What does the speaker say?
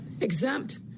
exempt